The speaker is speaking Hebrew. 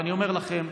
ואני אומר לכם,